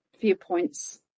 viewpoints